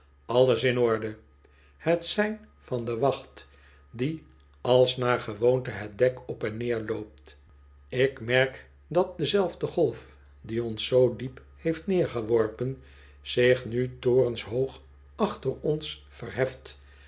alles in orde het sein van de wacht die als naar gewoonte het dek op en neer loopt ik merk dat dezelfde golf die ons zoo diep heeft neergeworpen zich nu torenshoog achter ons verheft